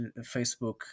Facebook